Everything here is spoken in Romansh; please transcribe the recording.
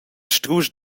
strusch